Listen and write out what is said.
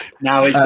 Now